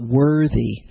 worthy